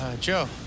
Joe